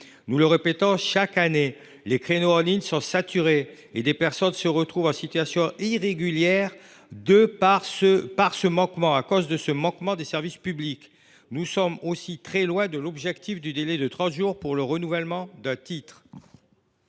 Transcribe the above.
Nous le répétons chaque année, les créneaux en ligne sont saturés et des personnes se retrouvent en situation irrégulière à cause de ce manquement des services publics. Au reste, le délai de trente jours pour le renouvellement d’un titre